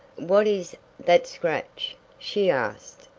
what is that scratch? she asked,